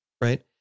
right